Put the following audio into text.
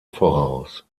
voraus